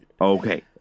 Okay